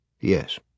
Yes